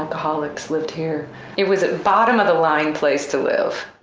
alcoholics lived here it was a bottom of the line place to live,